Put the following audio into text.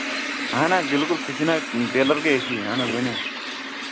اَہن حظ بِلکُل سُہ چھِ نہ ٹیلَر گٔے أسی اَہن حظ ؤنِو